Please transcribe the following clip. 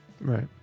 right